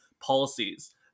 policies